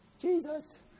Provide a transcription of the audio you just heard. Jesus